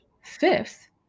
Fifth